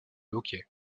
hockey